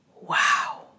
wow